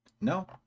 No